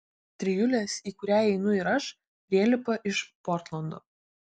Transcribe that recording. trijulės į kurią įeinu ir aš prielipa iš portlando